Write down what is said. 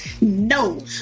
no